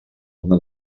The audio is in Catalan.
una